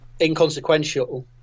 inconsequential